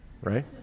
right